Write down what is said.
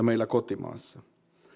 meillä kotimaassa